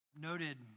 noted